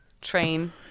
train